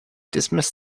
dismiss